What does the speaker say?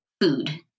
food